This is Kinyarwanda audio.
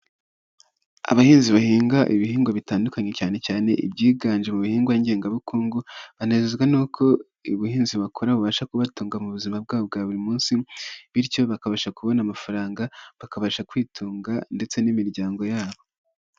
Abahinzi bahinga ibihingwa bitandukanye cyane cyane ibyiganje mu bihingwa ngengwabukungu banezezwa nuko ubuhinzi bakora bubasha kubatunga mu buzima bwabo bwa buri munsi, bityo bakabasha kubona amafaranga bakabasha kwitunga ndetse n'imiryango yabo.